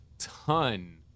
ton